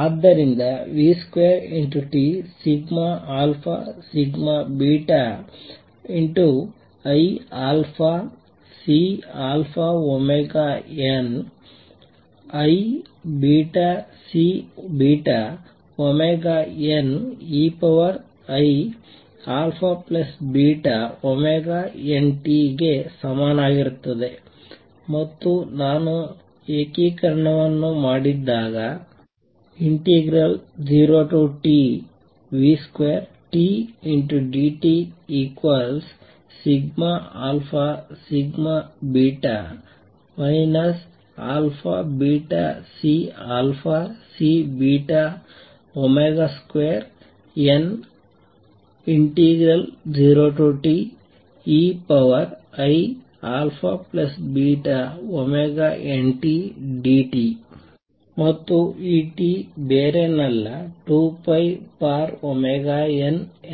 ಆದ್ದರಿಂದ v2t iαCωiβCωeiαβωnt ಗೆ ಸಮನಾಗಿರುತ್ತದೆ ಮತ್ತು ನಾನು ಏಕೀಕರಣವನ್ನು ಮಾಡಿದಾಗ 0Tv2tdt αβCC2n0Teiαβntdt ಮತ್ತು ಈ T ಬೇರೇನಲ್ಲ 2πω